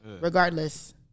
regardless